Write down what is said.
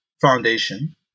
foundation